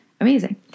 amazing